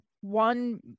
one